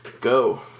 go